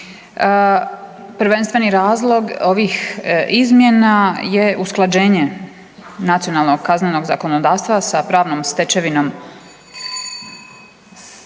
prvenstveni razlog ovih izmjena je usklađenje nacionalnog kaznenog zakonodavstva sa pravnom stečevinom